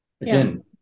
Again